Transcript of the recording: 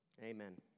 amen